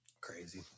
Crazy